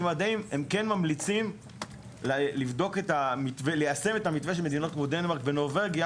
למדעים כן ממליצים ליישם את המתווה של מדינות כמו דנמרק ונורווגיה,